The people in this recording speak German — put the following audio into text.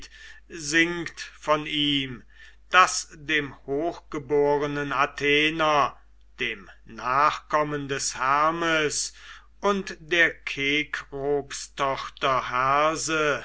singt von ihm daß dem hochgeborenen athener dem nachkommen des hermes und der kekropstochter herse